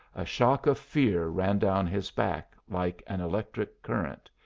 a shock of fear ran down his back like an electric current,